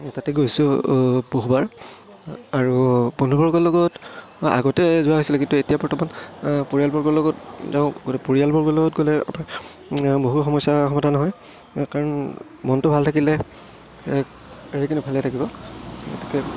তাতে গৈছোঁ বহুবাৰ আৰু বন্ধুবৰ্গৰ লগত আগতে যোৱা হৈছিলে কিন্তু এতিয়া বৰ্তমান পৰিয়ালবৰ্গৰ লগত যাওঁ পৰিয়ালবৰ্গৰ লগত গ'লে বহু সমস্যাৰ সমাধান হয় কাৰণ মনটো ভাল থাকিলে ভালেই থাকিব গতিকে